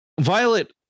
Violet